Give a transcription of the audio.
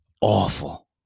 Awful